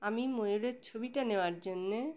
আমি ময়ূরের ছবিটা নেওয়ার জন্যে